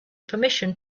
permission